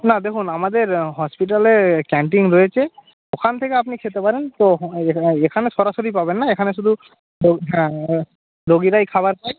না দেখুন আমাদের হসপিটালে ক্যান্টিন রয়েছে ওখান থেকে আপনি খেতে পারেন তো এখানে সরাসরি পাবেন না এখানে শুধু হ্যাঁ রোগীরাই খাবার পায়